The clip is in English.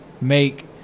make